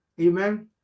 Amen